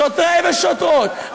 שוטרים ושוטרות,